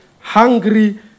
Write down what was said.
Hungry